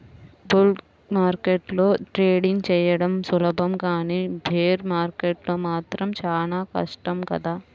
bull మార్కెట్లో trading చెయ్యడం సులభం కానీ బేర్ మార్కెట్లో మాత్రం చానా కష్టం కదా